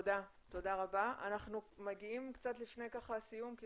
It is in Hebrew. אנחנו מגיעים קצת לפני סיום, כי